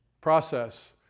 process